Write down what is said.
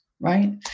right